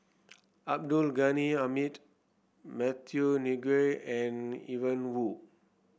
Abdul Ghani Hamid Matthew Ngui and Ian Woo